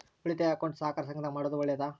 ಉಳಿತಾಯ ಅಕೌಂಟ್ ಸಹಕಾರ ಸಂಘದಾಗ ಮಾಡೋದು ಒಳ್ಳೇದಾ?